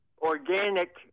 organic